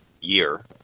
year